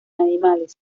animales